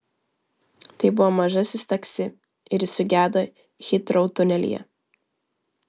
tai buvo mažasis taksi ir jis sugedo hitrou tunelyje